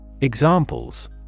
Examples